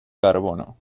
carbono